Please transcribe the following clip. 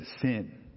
sin